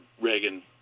Reagan